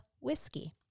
whiskey